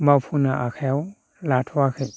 मावफुंनो आखाइयाव लाथ'याखै